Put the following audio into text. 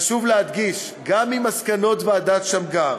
חשוב להדגיש, גם עם מסקנות ועדת שמגר